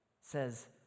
says